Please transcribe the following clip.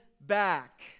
back